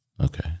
Okay